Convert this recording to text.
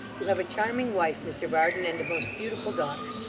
you have a charming wife, mr varden, and a most beautiful daughter.